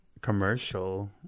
commercial